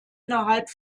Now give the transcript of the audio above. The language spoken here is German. innerhalb